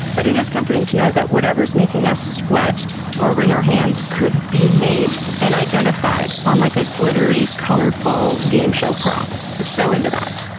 but it is comforting to know that whatever is making us sweat or wring our hands could be named and identified on like a glittery, colorful game show prop. i'm so into that!